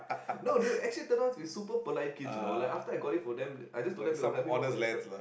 no they were actually turned out to be super polite kids you know like after I got it for them I just told them you know help me hold my stuff